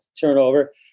turnover